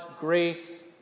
grace